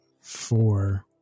four